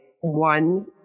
one